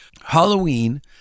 Halloween